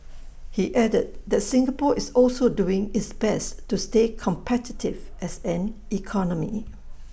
he added that Singapore is also doing its best to stay competitive as an economy